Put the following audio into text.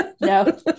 no